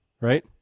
right